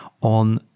on